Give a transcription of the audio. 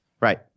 right